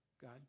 God